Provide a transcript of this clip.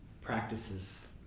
practices